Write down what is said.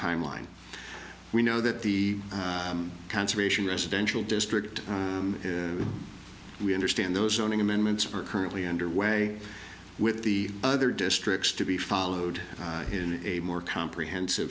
timeline we know that the conservation residential district we understand those owning amendments are currently underway with the other districts to be followed in a more comprehensive